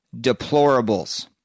deplorables